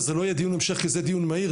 זה לא יהיה דיון המשך כי זה דיון מהיר,